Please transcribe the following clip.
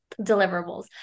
deliverables